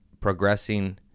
progressing